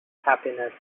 happiness